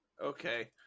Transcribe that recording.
okay